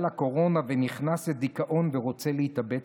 הקורונה ונכנס לדיכאון ורוצה להתאבד,